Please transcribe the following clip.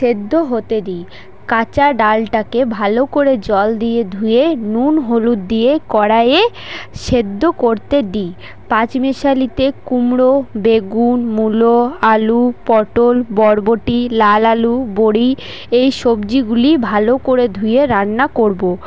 সেদ্ধ হতে দিই কাঁচা ডালটাকে ভালো করে জল দিয়ে ধুয়ে নুন হলুদ দিয়ে কড়াইয়ে সেদ্ধ করতে দিই পাঁচমিশালিতে কুমড়ো বেগুন মুলো আলু পটল বরবটি লাল আলু বড়ি এই সবজিগুলি ভালো করে ধুয়ে রান্না করবো